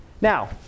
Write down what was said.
Now